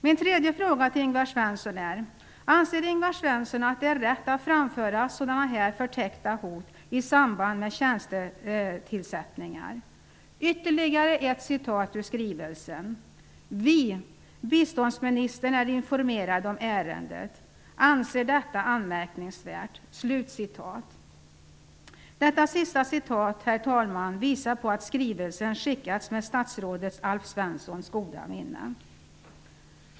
Min nästa fråga till Ingvar Svensson är: Anser Ingvar Svensson att det är rätt att framföra sådana förtäckta hot i samband med tjänstetillsättningar? Ytterligare ett citat ur skrivelsen: ''Vi, biståndsministern är informerad i ärendet, anser detta anmärkningsvärt.'' Detta sista citat, herr talman, visar på att skrivelsen skickats med statsrådet Alf Svenssons goda minne.